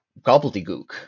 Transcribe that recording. gobbledygook